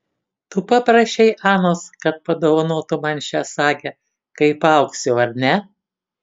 tu paprašei anos kad padovanotų man šią sagę kai paaugsiu ar ne